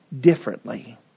differently